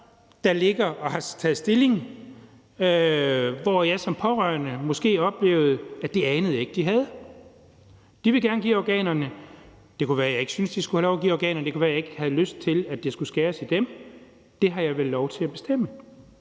stilling, og det kunne være, at jeg som pårørende måske oplevede, at det anede jeg ikke at de havde. De vil gerne give organerne. Det kunne være, at jeg ikke synes, at de skulle have lov at give organerne. Det kunne være, at jeg ikke havde lyst til, at der skulle skæres i dem. Det har jeg vel lov til at bestemme?